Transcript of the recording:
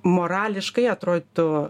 morališkai atrodytų